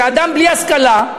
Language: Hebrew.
שאדם בלי השכלה,